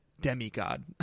demigod